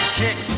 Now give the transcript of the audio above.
kick